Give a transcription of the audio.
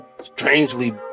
strangely